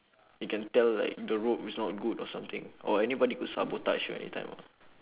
you can tell like the rope is not good or something or anybody could sabotage you anytime ah